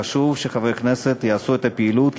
חשוב שחברי כנסת יעשו את הפעילות,